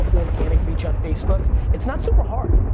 organic reach on facebook, it's not super hard,